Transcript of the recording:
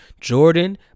Jordan